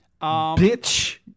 Bitch